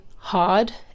Hard